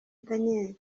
daniels